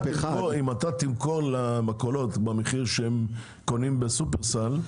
אחד --- אם אתה מוכר למכולות במחיר שהם קונים בשופרסל,